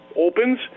opens